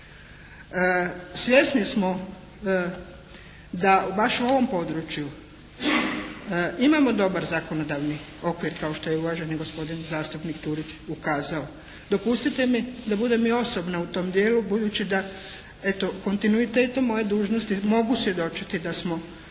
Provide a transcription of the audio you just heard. Svjesni smo da baš u ovom području imamo dobar zakonodavni okvir kao što je uvaženi gospodin zastupnik Turić ukazao. Dopustite mi da budem i osobno u tom dijelu budući da eto kontinuitetom moje dužnosti mogu svjedočiti da smo